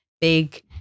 big